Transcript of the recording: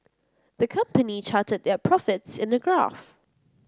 the company charted their profits in a graph